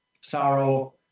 sorrow